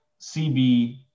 CB